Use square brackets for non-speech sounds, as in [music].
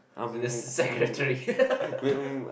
when there's a secretary [laughs]